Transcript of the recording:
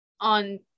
on